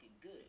good